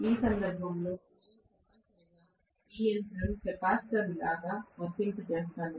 ఈ సందర్భంలో నేను తప్పనిసరిగా ఈ యంత్రం కెపాసిటర్ లాగా ప్రవర్తింపచేస్తాను